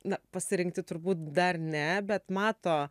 na pasirinkti turbūt dar ne bet mato